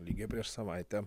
lygiai prieš savaitę